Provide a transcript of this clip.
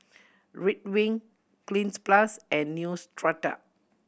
Ridwind Cleanz Plus and Neostrata